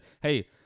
hey